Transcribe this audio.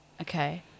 okay